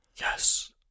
Yes